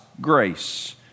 grace